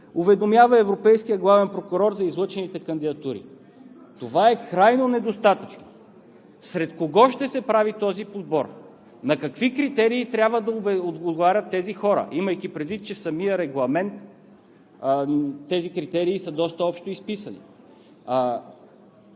уведомява европейския главен прокурор за излъчените кандидатури. Това е крайно недостатъчно! Сред кого ще се прави този подбор? На какви критерии трябва да отговарят тези хора, имайки предвид, че в самия регламент тези критерии са доста общо изписани?